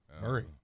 Hurry